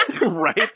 Right